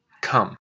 come